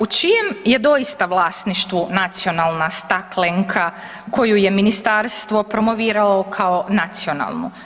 U čijem je doista vlasništvu nacionalna staklenka koju je Ministarstvo promovirao kao nacionalnu?